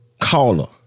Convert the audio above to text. caller